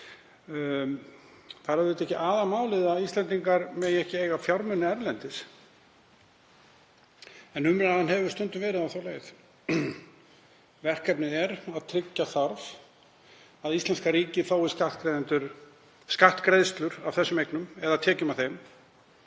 Það er auðvitað ekki aðalmálið að Íslendingar megi ekki eiga fjármuni erlendis, en umræðan hefur stundum verið á þá leið. Verkefnið er að tryggja þarf að íslenska ríkið fái skattgreiðslur af þessum eignum eða tekjum, að því